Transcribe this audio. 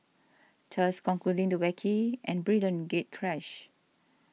thus concluding the wacky and brilliant gatecrash